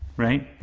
right?